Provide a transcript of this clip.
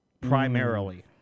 primarily